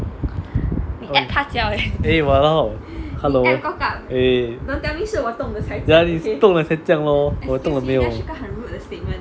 eh !walao! hello eh ya 你动了才这样 lor 我动了没有